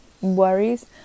worries